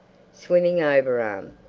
swimming overarm.